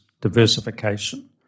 diversification